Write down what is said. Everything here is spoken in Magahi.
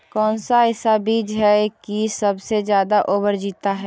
कौन सा ऐसा बीज है की सबसे ज्यादा ओवर जीता है?